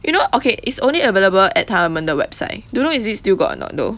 you know okay is only available at 他们的 website don't know is it still got or not though